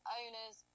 owners